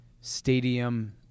stadium